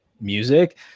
music